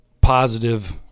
positive